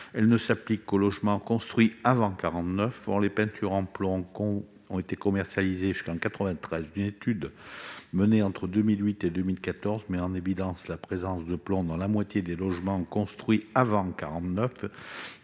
ne s'applique qu'aux logements construits avant 1949 ; or les peintures au plomb ont été commercialisées jusqu'en 1993. Une étude menée entre 2008 et 2014 a mis en évidence la présence de plomb dans la moitié des logements construits avant 1949